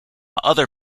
other